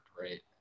right